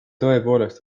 tõepoolest